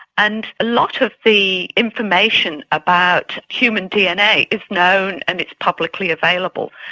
and a lot of the information about human dna is known and it's publicly available.